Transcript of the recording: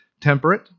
temperate